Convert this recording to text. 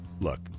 Look